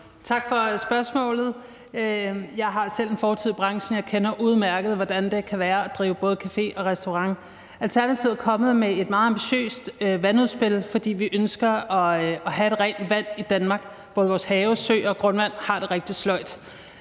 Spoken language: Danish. Tak for spørgsmålet. Jeg har selv en fortid i branchen, og jeg ved udmærket, hvordan det kan være at drive både café og restaurant. Alternativet er kommet med et meget ambitiøst vandudspil, fordi vi ønsker at have rent vand i Danmark. Både vores have, søer og grundvand har det rigtig sløjt.